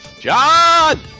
John